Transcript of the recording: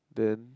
then